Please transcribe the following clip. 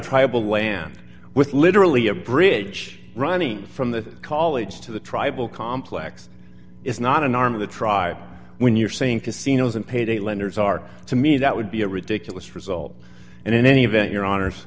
tribal land with literally a bridge running from the college to the tribal complex is not an arm of the tribe when you're saying casinos and payday lenders are to me that would be a ridiculous result and in any event your hono